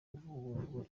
kuvugururwa